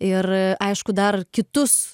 ir aišku dar kitus